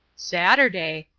saturday!